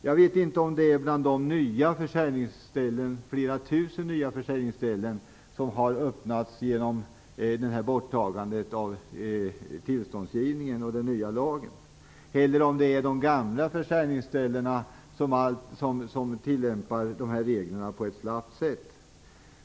Jag vet inte om det är de flera tusen nya försäljningsställen som har öppnats genom borttagandet av tillståndsgivningen och den nya lagen eller om det är de gamla försäljningsställena som tillämpar reglerna på ett slappt sätt.